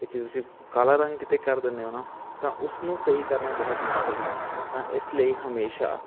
ਕਿਉਂਕਿ ਤੁਸੀਂ ਕਾਲਾ ਰੰਗ ਕਿਤੇ ਕਰ ਦਿੰਦੇ ਹੋ ਨਾ ਤਾਂ ਉਸ ਨੂੰ ਸਹੀ ਕਰਨਾ ਬਹੁਤ ਮੁਸ਼ਕਲ ਹੈ ਤਾਂ ਇਸ ਲਈ ਹਮੇਸ਼ਾ